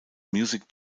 music